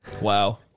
Wow